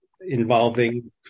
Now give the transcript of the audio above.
involving